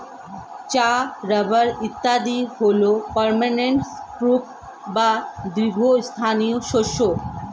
চা, রাবার ইত্যাদি হল পার্মানেন্ট ক্রপ বা দীর্ঘস্থায়ী শস্য